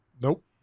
Nope